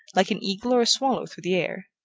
like an eagle or a swallow through the air.